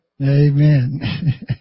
Amen